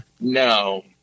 No